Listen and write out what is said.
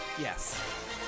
Yes